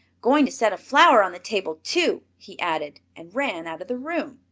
going to set a flower on the table too! he added, and ran out of the room.